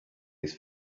his